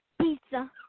Pizza